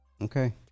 Okay